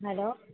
hello